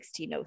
1603